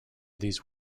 these